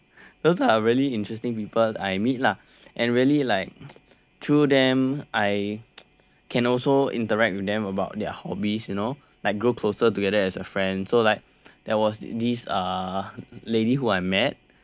those are really interesting people I meet lah and really like through them I can also interact with them about their hobbies you know like grow closer together as a friend so like there was this uh lady who I met